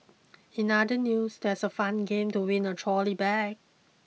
in other news there's a fun game to win a trolley bag